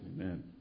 Amen